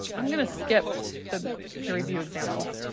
i'm gonna skip the peer review example